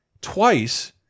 twice